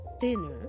Dinner